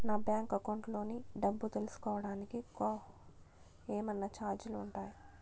నా bank account లోని డబ్బు తెలుసుకోవడానికి కోవడానికి ఏమన్నా చార్జీలు ఉంటాయా?